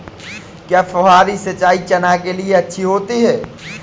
क्या फुहारी सिंचाई चना के लिए अच्छी होती है?